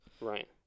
Right